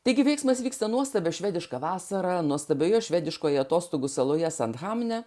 taigi veiksmas vyksta nuostabia švediška vasara nuostabioje švediškojoje atostogų saloje sandhamne